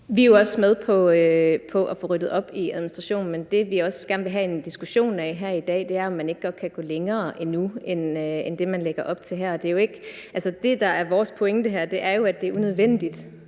Vi er jo også med på at få ryddet op i administrationen, men det, vi også gerne vil have en diskussion af her i dag, er, om man ikke godt kan gå længere endnu end det, man lægger op til her. Det, der er vores pointe her, er jo, at det er unødvendigt